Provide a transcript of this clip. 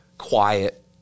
quiet